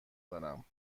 دارم